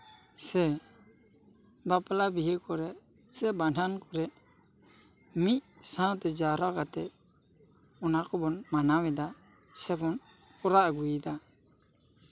ᱥᱮ ᱵᱟᱯᱞᱟᱼᱵᱤᱦᱟᱹ ᱠᱚᱨᱮᱜ ᱥᱮ ᱵᱷᱟᱰᱟᱱ ᱠᱚᱨᱮᱜ ᱢᱤᱫ ᱥᱟᱶᱛᱮ ᱡᱟᱣᱨᱟ ᱠᱟᱛᱮᱜ ᱚᱱᱟ ᱠᱚᱵᱚᱱ ᱢᱟᱱᱟᱣ ᱮᱫᱟ ᱥᱮᱵᱚᱱ ᱠᱚᱨᱟᱣ ᱟᱹᱜᱩᱭᱮᱫᱟ